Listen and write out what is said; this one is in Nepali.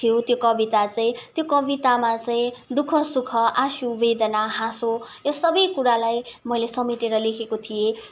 त्यो कविता चाहिँ त्यो कवितामा चाहिँ दु ख सुख आँसु वेदना हाँसो यो सबै कुरालाई मैले समेटेर लेखेको थिएँ